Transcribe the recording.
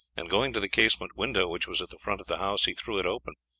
and going to the casement window which was at the front of the house he threw it open.